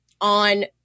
on